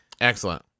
Excellent